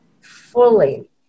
fully